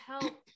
help